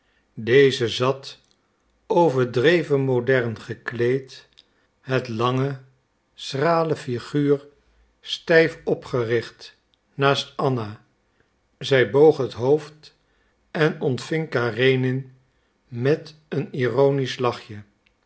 deze zat overdreven modern gekleed het lange schrale figuur stijf opgericht naast anna zij boog het hoofd en ontving karenin met een ironisch lachje